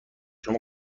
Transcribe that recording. شما